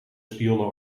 spionnen